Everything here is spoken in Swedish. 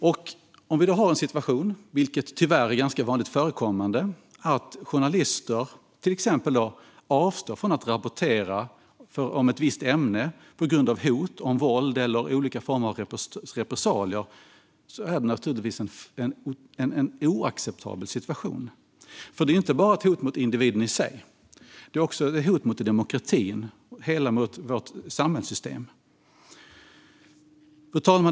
Om vi har en situation, vilket tyvärr är ganska vanligt förekommande, där journalister till exempel avstår från att rapportera om ett visst ämne på grund av hot om våld eller olika former av repressalier är det naturligtvis oacceptabelt. Det är inte bara ett hot mot individen i sig. Det är också ett hot mot demokratin och hela vårt samhällssystem. Fru talman!